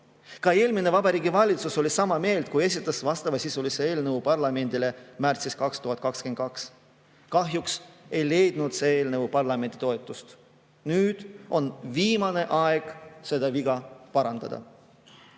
Ka eelmine Vabariigi Valitsus oli sama meelt, kui esitas vastavasisulise eelnõu parlamendile märtsis 2022. Kahjuks ei leidnud see eelnõu parlamendi toetust. Nüüd on viimane aeg seda viga parandada.